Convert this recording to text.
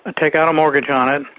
ah take out a mortgage on it,